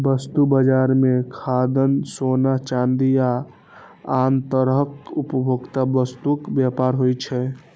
वस्तु बाजार मे खाद्यान्न, सोना, चांदी आ आन तरहक उपभोक्ता वस्तुक व्यापार होइ छै